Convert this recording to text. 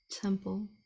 temple